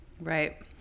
Right